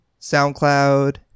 SoundCloud